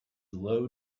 low